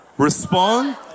Respond